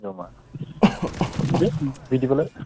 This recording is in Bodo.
नंगौ नामा देह बिदिबालाय